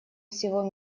всего